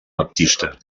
baptista